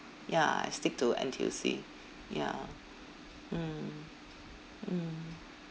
ya I stick to N_T_U_C ya mm mm